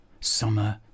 Summer